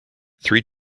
three